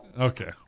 Okay